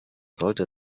sollte